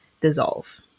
dissolve